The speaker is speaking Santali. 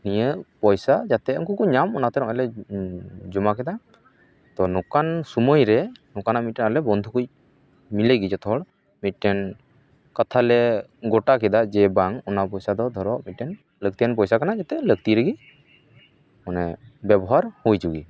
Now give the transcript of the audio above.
ᱱᱤᱭᱟᱹ ᱯᱚᱭᱥᱟ ᱡᱟᱛᱮ ᱩᱱᱠᱩᱠᱚ ᱧᱟᱢ ᱚᱱᱟᱛᱮ ᱱᱚᱜᱼᱚᱭᱞᱮ ᱡᱚᱢᱟ ᱠᱮᱫᱟ ᱛᱳ ᱱᱚᱝᱠᱟᱱ ᱥᱳᱢᱳᱭ ᱨᱮ ᱱᱚᱝᱠᱟᱱᱟᱜ ᱢᱤᱫᱴᱟᱱ ᱵᱚᱱᱫᱩ ᱠᱚ ᱢᱤᱞᱮᱜᱮ ᱡᱚᱛᱚ ᱦᱚᱲ ᱢᱤᱫᱴᱮᱱ ᱠᱟᱛᱷᱟ ᱞᱮ ᱜᱚᱴᱟ ᱠᱮᱫᱟ ᱡᱮ ᱵᱟᱝ ᱚᱱᱟ ᱯᱚᱭᱥᱟ ᱫᱚ ᱫᱷᱚᱨᱚ ᱢᱤᱫᱴᱮᱱ ᱞᱟᱹᱠᱛᱤᱭᱟᱱ ᱯᱚᱭᱥᱟ ᱠᱟᱱᱟ ᱡᱟᱛᱮ ᱞᱟᱹᱠᱛᱤ ᱨᱮᱜᱮ ᱢᱟᱱᱮ ᱵᱮᱵᱚᱦᱟᱨ ᱦᱩᱭᱪᱚ ᱜᱮ